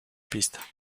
pista